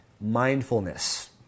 Mindfulness